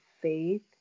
faith